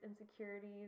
insecurities